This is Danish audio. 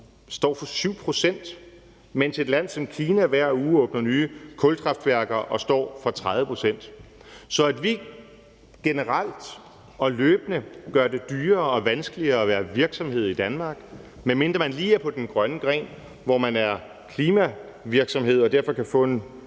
står for 7 pct., mens et land som Kina hver uge åbner nye kulkraftværker og står for 30 pct. Så det, at vi generelt og løbende gør det dyrere og vanskeligere at være virksomhed i Danmark – medmindre man lige er på den grønne gren, hvor man er klimavirksomhed og man derfor kan få en